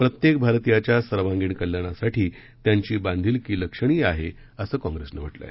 प्रत्येक भारतीयाच्या सर्वांगिण कल्याणासाठी त्यांची बांधिलकी लक्षणीय आहे असं काँग्रेसनं म्हटलं आहे